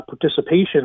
participation